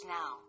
now